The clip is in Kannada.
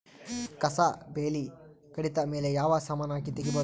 ಕಸಾ ಬೇಲಿ ಕಡಿತ ಮೇಲೆ ಯಾವ ಸಮಾನ ಹಾಕಿ ತಗಿಬೊದ?